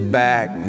back